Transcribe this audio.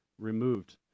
removed